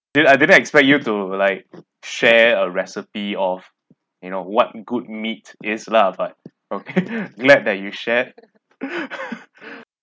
didn't I didn't expect you to like share a recipe of you know what good meat is lah but okay glad that you shared